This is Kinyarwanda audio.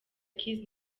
keys